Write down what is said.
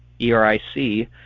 E-R-I-C